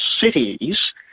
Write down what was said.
cities